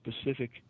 specific